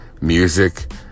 Music